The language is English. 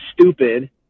stupid